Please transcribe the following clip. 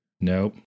Nope